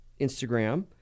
Instagram